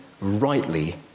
rightly